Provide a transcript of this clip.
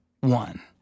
one